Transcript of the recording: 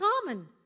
common